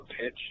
pitch